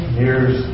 years